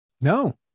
No